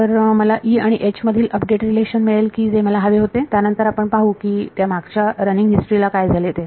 तर मला आणि मधील अपडेट रिलेशन मिळेल की जे मला हवे होते त्यानंतर आपण पाहू की त्या मागच्या रनिंग हिस्टरी ला काय झाले ते